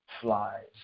flies